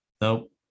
Nope